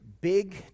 big